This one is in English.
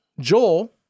Joel